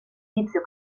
vizio